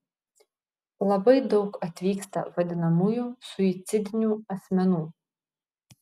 labai daug atvyksta vadinamųjų suicidinių asmenų